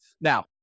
Now